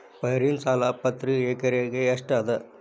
ಪೈರಿನ ಸಾಲಾ ಪ್ರತಿ ಎಕರೆಗೆ ಎಷ್ಟ ಅದ?